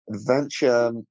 adventure